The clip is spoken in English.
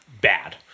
bad